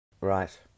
Right